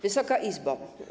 Wysoka Izbo!